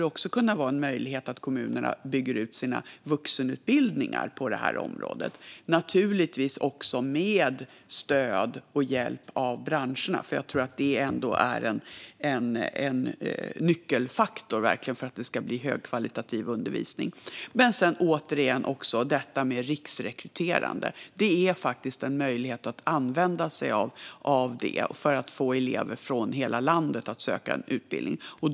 Det skulle då kunna vara en möjlighet att kommunerna bygger ut sina vuxenutbildningar på detta område, naturligtvis med stöd och hjälp av branscherna, för jag tror att det är en nyckelfaktor för att det ska bli en högkvalitativ undervisning. Men sedan, återigen, är det detta med riksrekryterande utbildningar. Det är faktiskt en möjlighet att använda sig av det för att få elever från hela landet att söka en utbildning.